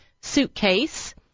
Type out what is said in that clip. suitcase